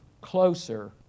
closer